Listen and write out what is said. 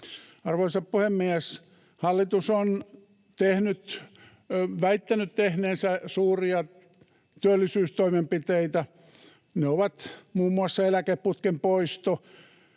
Arvoisa puhemies! Hallitus on väittänyt tehneensä suuria työllisyystoimenpiteitä. Niitä ovat muun muassa eläkeputken poisto,